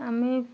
ଆମେ